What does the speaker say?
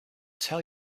tell